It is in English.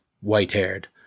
white-haired